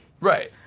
Right